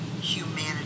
humanity